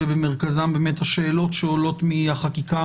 ובמרכזם השאלות שעולות מהחקיקה